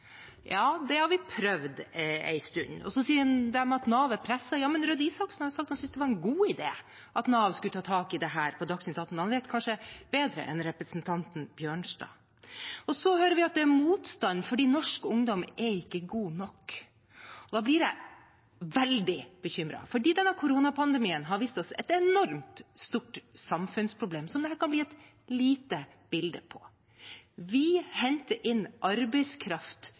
Ja, det har vi prøvd en stund. Så sier de at Nav er presset. Ja, men Røe Isaksen har sagt på Dagsnytt 18 at han synes det var en god idé, at Nav skulle ta tak i dette. Han vet kanskje bedre enn representanten Bjørnstad. Så hører vi det er motstand fordi norsk ungdom ikke er god nok. Da blir jeg veldig bekymret, for denne koronapandemien har vist oss et enormt stort samfunnsproblem, som jeg kan gi et lite bilde på. Vi henter inn arbeidskraft